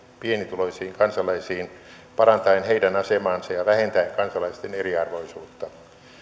pienituloisiin kansalaisiin parantaen heidän asemaansa ja vähentäen kansalaisten eriarvoisuutta